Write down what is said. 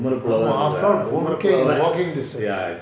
ஆமா:aamaa after all boon keng walking distance